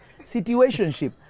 Situationship